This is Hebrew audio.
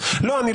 לא יודע